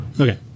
Okay